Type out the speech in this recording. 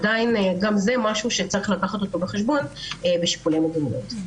גם זה משהו שצריך לקחת בחשבון בשיקולי מדיניות.